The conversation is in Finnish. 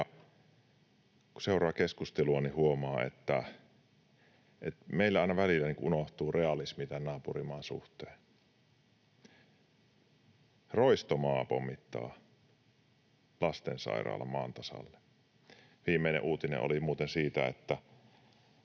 kun seuraa keskustelua, niin huomaa, että meillä aina välillä unohtuu realismi tämän naapurimaan suhteen. Roistomaa pommittaa lastensairaalan maan tasalle. Viimeinen uutinen oli muuten siitä, että